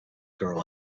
girl